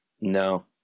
No